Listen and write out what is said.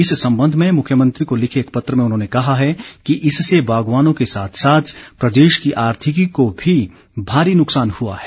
इस संबंध में मुख्यमंत्री को लिखे एक पत्र में उन्होंने कहा है कि इससे बागवानों के साथ साथ प्रदेश की आर्थिकी को भी भारी नुकसान हुआ है